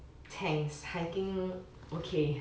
thanks hiking okay